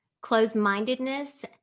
Closed-mindedness